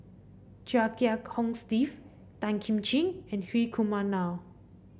Chia Kiah Hong Steve Tan Kim Ching and Hri Kumar Nair